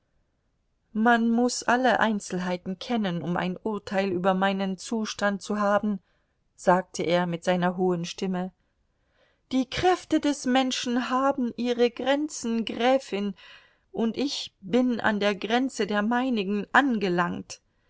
man muß alle einzelheiten kennen um ein urteil über meinen zustand zu haben sagte er mit seiner hohen stimme die kräfte des menschen haben ihre grenzen gräfin und ich bin an der grenze der meinigen angelangt